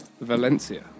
Valencia